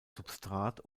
substrat